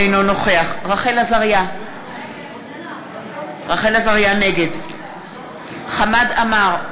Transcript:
אינו נוכח רחל עזריה, נגד חמד עמאר,